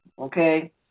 okay